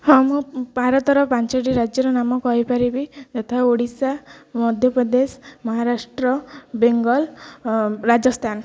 ହଁ ମୁଁ ଭାରତର ପାଞ୍ଚଟି ରାଜ୍ୟର ନାମ କହିପାରିବି ଯଥା ଓଡ଼ିଶା ମଧ୍ୟପ୍ରଦେଶ ମହାରାଷ୍ଟ୍ର ବେଙ୍ଗଲ ରାଜସ୍ଥାନ